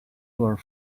were